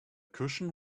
cushion